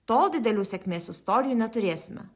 tol didelių sėkmės istorijų neturėsime